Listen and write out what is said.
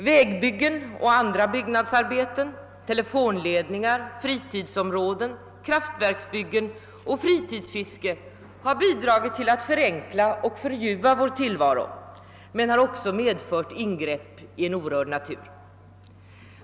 Vägbyggen och andra byggnadsarbeten, telefonledningar, fritidsområden, kraftverksbyggen och fritidsfiske har bidragit till att förenkla och förljuva vår tillvaro men har också medfört ingrepp i en förut orörd natur.